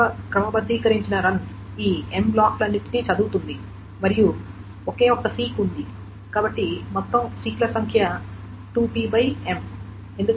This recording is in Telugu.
ప్రారంభ క్రమబద్ధీకరించిన రన్ ఈ M బ్లాక్లన్నింటినీ చదువుతుంది మరియు ఒకే ఒక్క సీక్ ఉంది కాబట్టి మొత్తం సీక్ల సంఖ్య 2bM